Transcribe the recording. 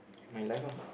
my life ah